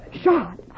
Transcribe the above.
Shot